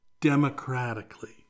democratically